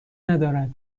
ندارد